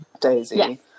Daisy